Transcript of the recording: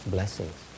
Blessings